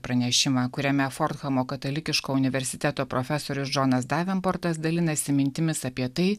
pranešimą kuriame fordhamo katalikiško universiteto profesorius džonas davenportas dalinasi mintimis apie tai